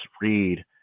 read